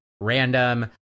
random